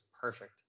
perfect